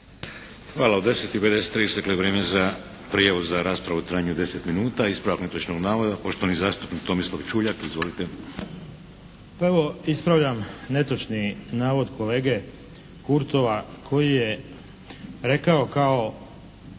Hvala. U 10 i 53 isteklo je vrijeme za prijavu za raspravu u trajanju od deset minuta. Ispravak netočnog navoda poštovani zastupnik Tomislav Čuljak. Izvolite! **Čuljak, Tomislav (HDZ)** Pa evo, ispravljam netočni navod kolege Kurtova koji je rekao kao